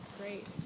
Great